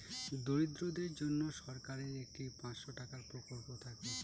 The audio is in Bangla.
দরিদ্রদের জন্য সরকারের একটি পাঁচশো টাকার প্রকল্প থাকে